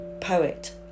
poet